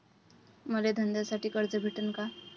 मले धंद्यासाठी कर्ज भेटन का?